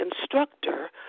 instructor